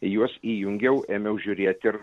juos įjungiau ėmiau žiūrėt ir